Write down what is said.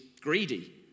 greedy